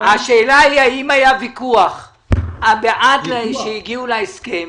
השאלה היא האם היה ויכוח עד שהגיעו להסכם